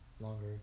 longer